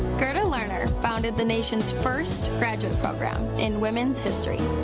gerda lerner founded the nation's first graduate program in women's history.